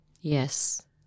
Yes